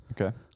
Okay